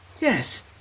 Yes